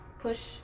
push